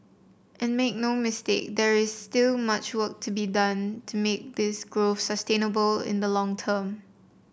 and make no mistake there is still much work to be done to make this growth sustainable in the long term